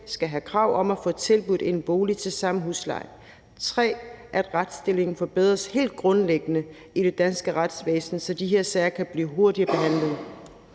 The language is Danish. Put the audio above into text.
skal have et krav på at få tilbudt en bolig til den samme husleje, og 3) at retsstillingen forbedres helt grundlæggende i det danske retsvæsen, så de her sager kan blive behandlet